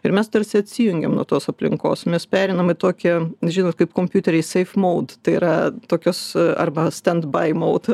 ir mes tarsi atsijungiam nuo tos aplinkos mes pereinam į tokią žinot kaip kompiuteriai save mode tai yra tokios arba standby mode